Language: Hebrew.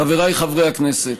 חבריי חברי הכנסת,